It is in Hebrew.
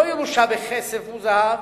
לא ירושה בכסף ובזהב,